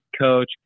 coach